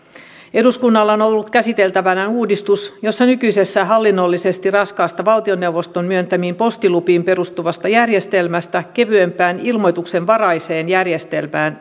eduskunnalla on on ollut käsiteltävänään uudistus jossa nykyisestä hallinnollisesti raskaasta valtioneuvoston myöntämiin postilupiin perustuvasta järjestelmästä siirryttäisiin kevyempään ilmoituksenvaraiseen järjestelmään